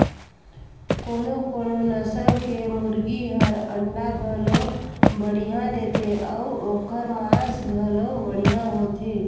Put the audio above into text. कोनो कोनो नसल के मुरगी हर अंडा घलो बड़िहा देथे अउ ओखर मांस घलो बढ़िया होथे